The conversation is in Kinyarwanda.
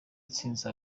atsinze